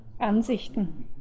Ansichten